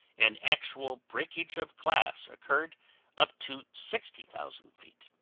and actual breakage of glass occured up to sixty thousand feet.